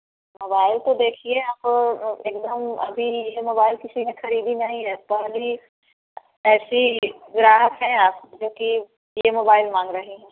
mobile तो देखिए आप एकदम अभी यह मोबाइल किसी ने खरीदी नहीं है पहली ऐसी ग्राहक हैं आप जो कि यह मोबाइल माँग रही हैं